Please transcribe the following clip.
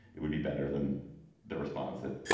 it would be better than the response that